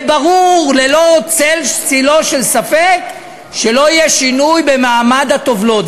ברור ללא צל-צלו של ספק שלא יהיה שינוי במעמד הטובלות.